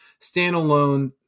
standalone